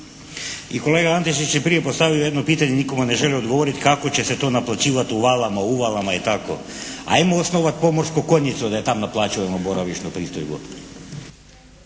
I kolega Antešić je prije postavio jedno pitanje, nitko mu ne želi odgovoriti, kako će se to naplaćivati u valama, uvalama i tako? Ajmo osnovati pomorsku konjicu da i tamo naplaćujemo boravišnu pristojbu.